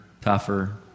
tougher